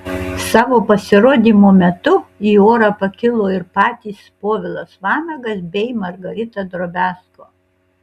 savo pasirodymo metu į orą pakilo ir patys povilas vanagas bei margarita drobiazko